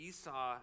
Esau